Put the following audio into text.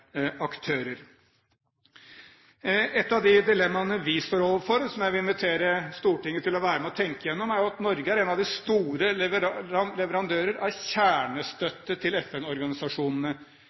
aktører. Et av dilemmaene vi står overfor, og som jeg vil invitere Stortinget til å være med på å tenke igjennom, er at Norge er en av de store leverandørene av kjernestøtte til